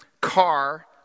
car